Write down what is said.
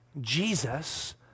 Jesus